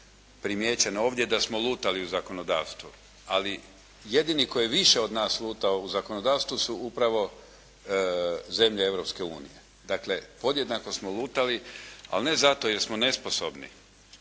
primijećeno ovdje da smo lutali u zakonodavstvu. Ali jedini koji je više od nas lutao u zakonodavstvu su upravo zemlje Europske unije. Dakle podjednako smo lutali, ali ne zato jer smo nesposobni